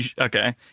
okay